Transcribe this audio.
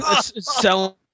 selling